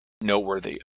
noteworthy